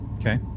Okay